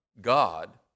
God